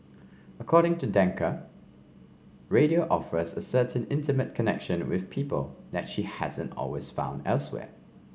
according to Danker radio offers a certain intimate connection with people that she hasn't always found elsewhere